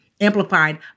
amplified